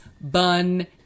bun